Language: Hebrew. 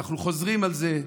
אנחנו חוזרים על זה,